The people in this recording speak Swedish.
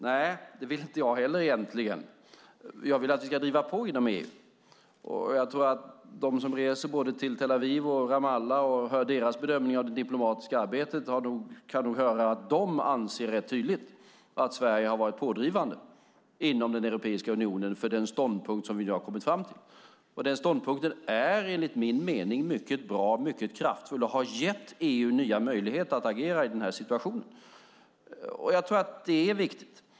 Nej, det vill inte jag heller egentligen. Jag vill att vi ska driva på inom EU. Jag tror att de som reser till Tel Aviv och Ramallah och hör deras bedömningar av det diplomatiska arbetet kan få höra rätt tydligt att man anser att Sverige har varit pådrivande inom Europeiska unionen för den ståndpunkt som vi har kommit fram till. Den ståndpunkten är enligt min mening mycket bra och kraftfull och har gett EU nya möjligheter att agera i denna situation. Jag tror att det är viktigt.